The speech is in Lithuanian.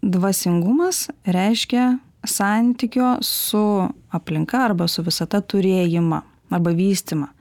dvasingumas reiškia santykio su aplinka arba su visata turėjimą arba vystymą